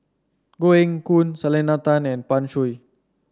Koh Eng Hoon Selena Tan and Pan Shou